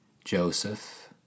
Joseph